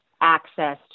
access